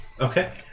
Okay